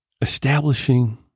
establishing